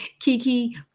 Kiki